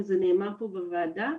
וזה נאמר פה בוועדה,